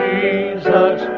Jesus